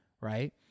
Right